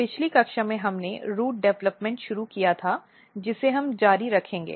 पिछली कक्षा में हमने रूट डेवलपमेंट शुरू किया था जिसे हम जारी रखेंगे